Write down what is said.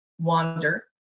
wander